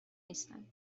نیستند